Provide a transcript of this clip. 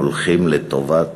הולכים לטובת